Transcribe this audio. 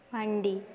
ᱢᱟᱱᱰᱤ